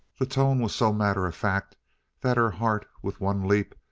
the tone was so matter-of-fact that her heart, with one leap,